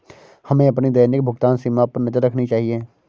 हमें अपनी दैनिक भुगतान सीमा पर नज़र रखनी चाहिए